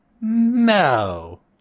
No